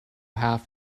have